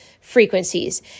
frequencies